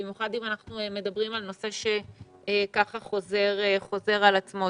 במיוחד אם אנחנו מדברים על נושא שחוזר על עצמו.